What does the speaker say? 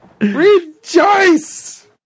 Rejoice